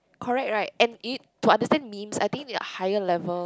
correct right and it to understand memes I think need a higher level